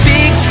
Big